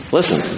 Listen